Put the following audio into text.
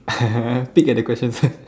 peek at the questions